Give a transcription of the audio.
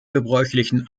gebräuchlichen